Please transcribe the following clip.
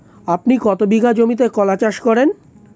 আপনি কত বিঘা জমিতে কলা চাষ করেন?